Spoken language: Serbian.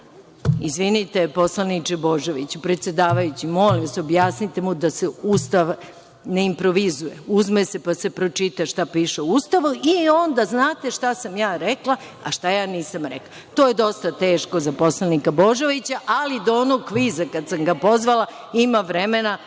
Izvinite, poslaniče Božoviću, predsedavajući, molim vas, objasnite mu da se Ustav ne improvizuje. Uzme se, pa se pročita šta piše u Ustavu i onda znate šta sam ja rekla, a šta ja nisam rekla. To je dosta teško za poslanika Božovića, ali do onog kviza kad sam ga pozvala, ima vremena